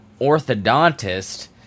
orthodontist